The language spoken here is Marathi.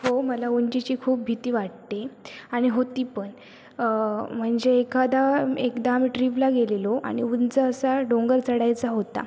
हो मला उंचीची खूप भीती वाटते आणि होती पण म्हणजे एखादा एकदा आम्ही ट्रीपला गेलेलो आणि उंच असा डोंगर चढायचा होता